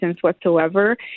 Whatsoever